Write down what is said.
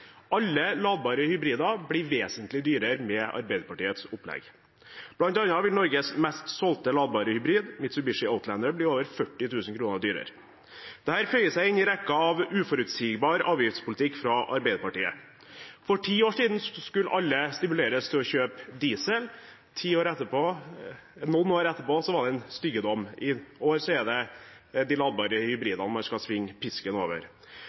Alle ladbare hybrider blir vesentlig dyrere med Arbeiderpartiets opplegg. Blant annet vil Norges mest solgte ladbare hybrid, Mitsubishi Outlander, bli over 40 000 kr dyrere. Dette føyer seg inn i rekken av uforutsigbar avgiftspolitikk fra Arbeiderpartiet. For ti år siden skulle alle stimuleres til å kjøpe dieselbil, noen år etterpå var det en styggedom, i år er det de ladbare hybridene man skal svinge pisken over.